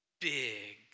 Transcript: big